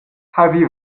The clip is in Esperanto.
havi